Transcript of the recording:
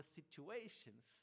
situations